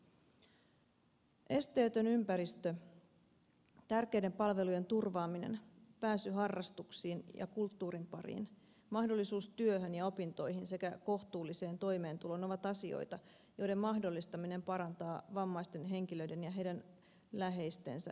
esteetön ympäristö tärkeiden palvelujen turvaaminen pääsy harrastuksiin ja kulttuurin pariin mahdollisuus työhön ja opintoihin sekä kohtuulliseen toimeentuloon ovat asioita joiden mahdollistaminen parantaa vammaisten henkilöiden ja heidän läheistensä elämänlaatua